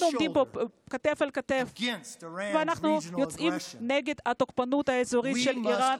כשאנו עומדים כתף אל כתף נגד התוקפנות האזורית של איראן,